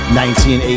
1980